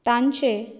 तांचें